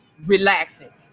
relaxing